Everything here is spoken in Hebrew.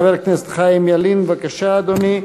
חבר הכנסת חיים ילין, בבקשה, אדוני.